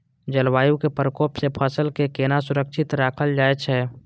जलवायु के प्रकोप से फसल के केना सुरक्षित राखल जाय छै?